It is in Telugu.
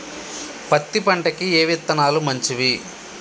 పత్తి పంటకి ఏ విత్తనాలు మంచివి?